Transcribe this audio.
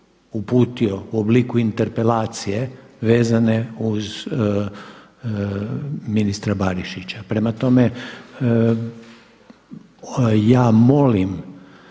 uputio u obliku interpelacije vezene uz ministra Barišića. Prema tome, ja molim